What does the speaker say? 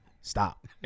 Stop